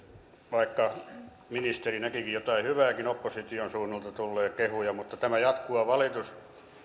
vaikka ministeri näkikin jotain hyvääkin opposition suunnalta tulleen kehuja niin tämä jatkuva valitus